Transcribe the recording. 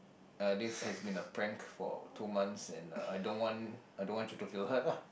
uh this has been a prank for two months and uh I don't want I don't want you to feel hurt ah